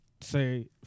say